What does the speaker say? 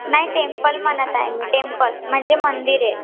नाही टेम्पल म्हणत आहे मी टेम्पल म्हणजे मंदिरे